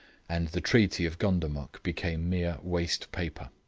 and the treaty of gundamuk became mere waste paper.